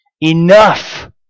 Enough